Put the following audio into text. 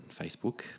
Facebook